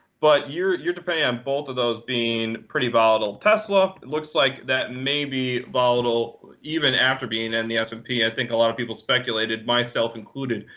but you're you're depending on both of those being pretty volatile. tesla, it looks like that may be volatile even after being in the s and p. i think a lot of people speculated, myself included,